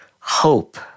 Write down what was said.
hope